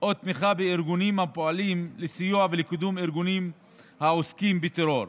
או תמיכה בארגונים הפועלים לסיוע ולקידום ארגונים העוסקים בטרור.